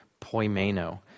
Poimeno